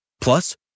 Plus